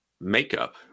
makeup